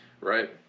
Right